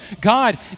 God